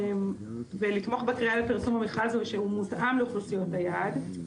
ולתמוך בקריאה לפרסום המכרז שמותאם לאוכלוסיות היעד.